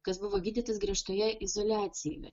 kas buvo gydytas griežtoje izoliacijoje